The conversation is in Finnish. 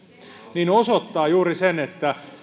osoittaa sen